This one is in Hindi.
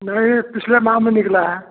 नहीं ये पिछले माह में निकला है